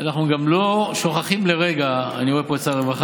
אנחנו כבר עם למעלה מ-100 מיליארד שקל לטיפול בנושא המשבר,